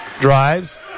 drives